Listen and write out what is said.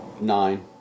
nine